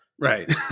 Right